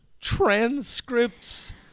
transcripts